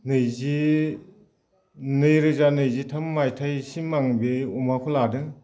नैजि नैरोजा नैजिथाम मायथाइसिम आं बे अमाखौ लादों